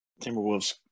Timberwolves